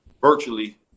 virtually